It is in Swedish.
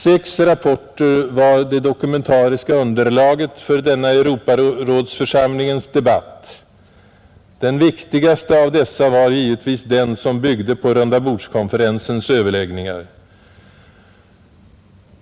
Sex rapporter var det dokumentariska underlaget för denna Europarådsförsamlingens debatt. Den viktigaste av dessa var givetvis den som byggde på rundabordskonferensens överläggningar.